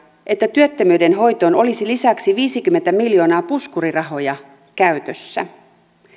että työttömyyden hoitoon olisi lisäksi viisikymmentä miljoonaa puskurirahoja käytössä